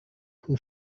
who